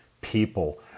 people